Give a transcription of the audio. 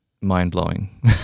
mind-blowing